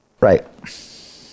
Right